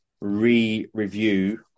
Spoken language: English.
re-review